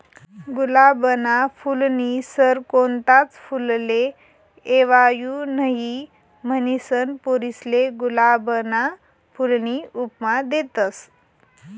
गुलाबना फूलनी सर कोणताच फुलले येवाऊ नहीं, म्हनीसन पोरीसले गुलाबना फूलनी उपमा देतस